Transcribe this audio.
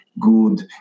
good